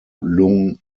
lung